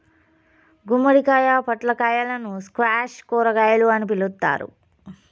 గుమ్మడికాయ, పొట్లకాయలను స్క్వాష్ కూరగాయలు అని పిలుత్తారు